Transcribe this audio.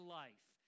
life